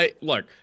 look